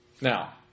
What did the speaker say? Now